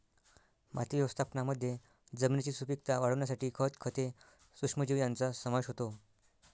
माती व्यवस्थापनामध्ये जमिनीची सुपीकता वाढवण्यासाठी खत, खते, सूक्ष्मजीव यांचा समावेश होतो